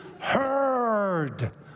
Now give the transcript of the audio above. heard